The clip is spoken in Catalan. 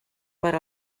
per